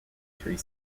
three